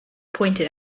pointed